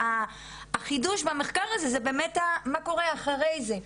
החידוש במחקר הזה זה מה קורה אחרי זה.